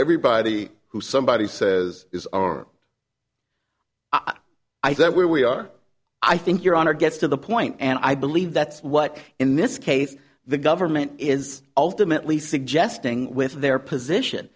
everybody who somebody says is our eyes or where we are i think your honor gets to the point and i believe that's what in this case the government is ultimately suggesting with their position